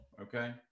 okay